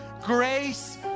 grace